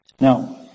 Now